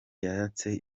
yatse